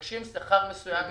עמדת הכספים בעניין של השכר.